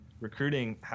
recruiting